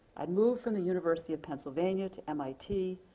i moved from the university of pennsylvania to mit,